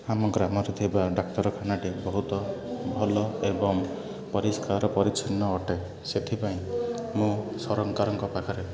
ଆମ ଗ୍ରାମରେ ଥିବା ଡାକ୍ତରଖାନାଟି ବହୁତ ଭଲ ଏବଂ ପରିଷ୍କାର ପରିଚ୍ଛନ୍ନ ଅଟେ ସେଥିପାଇଁ ମୁଁ ସରକାରଙ୍କ ପାଖରେ